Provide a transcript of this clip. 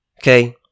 Okay